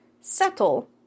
settle